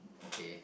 okay